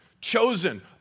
chosen